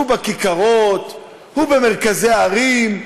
שהוא בכיכרות, הוא במרכזי הערים,